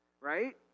right